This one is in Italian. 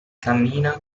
cammina